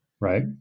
right